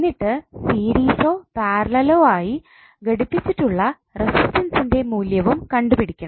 എന്നിട്ട് സീരിസോ പാരല്ലെലോ ആയി ഘടിപ്പിച്ചിട്ടുള്ള റസിസ്റ്റൻസ്ൻറെ മൂല്യവും കണ്ടുപിടിക്കണം